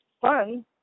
fun